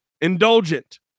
indulgent